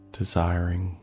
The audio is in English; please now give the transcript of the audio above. desiring